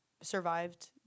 survived